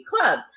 club